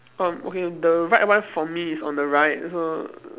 um okay the right one for me is on the right so